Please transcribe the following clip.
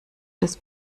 des